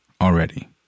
already